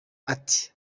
ati